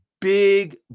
big